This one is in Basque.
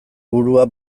burua